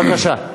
בבקשה.